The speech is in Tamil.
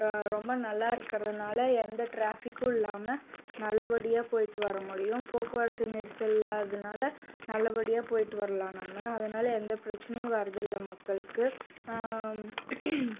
ரொம்ப நல்லா இருக்கிறதுனால எந்த ட்ராஃபிக்கும் இல்லாமல் நல்லபடியாக போய்விட்டு வர முடியும் போக்குவரத்து நெரிசல் இல்லாதனால் நல்லபடியாக போய்விட்டு வரலாம் நம்ம அதனால் எந்த பிரச்சினையும் வரதில்லை மக்களுக்கு